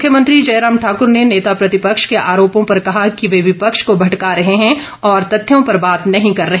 मुख्यमंत्री जयराम ठाकुर ने नेता प्रतिपक्ष के आरोपो पर कहा कि वे विषय को भटका रहे हैं और तथ्यों पर बात नहीं कर रहे